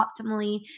optimally